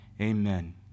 Amen